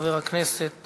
חבר הכנסת